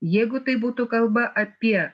jeigu tai būtų kalba apie